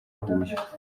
huye